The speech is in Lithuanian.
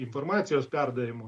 informacijos perdavimo